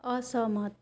असहमत